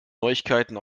neuigkeiten